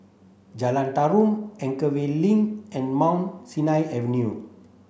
Jalan Tarum Anchorvale Link and Mount Sinai Avenue